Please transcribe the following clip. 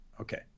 Okay